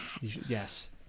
yes